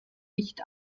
nicht